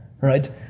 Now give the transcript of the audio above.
right